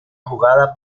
jugada